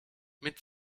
mit